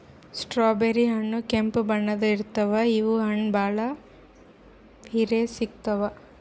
strawberry ಹಣ್ಣ್ ಕೆಂಪ್ ಬಣ್ಣದ್ ಇರ್ತವ್ ಇವ್ ಹಣ್ಣ್ ಭಾಳ್ ಪಿರೆ ಸಿಗ್ತಾವ್